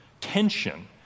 tension